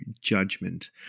judgment